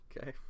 Okay